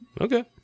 Okay